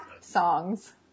songs